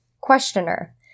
Questioner